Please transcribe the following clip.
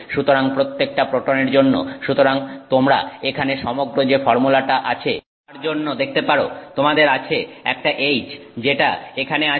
সুতরাং প্রত্যেকটা প্রোটনের জন্য সুতরাং তোমরা এখানে সমগ্র যে ফর্মুলাটা আছে তার জন্য দেখতে পারো তোমাদের আছে একটা H যেটা এখানে আছে